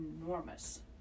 enormous